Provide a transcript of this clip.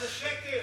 זה שקר.